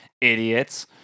Idiots